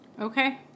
Okay